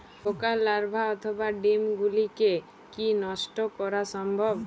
পোকার লার্ভা অথবা ডিম গুলিকে কী নষ্ট করা সম্ভব?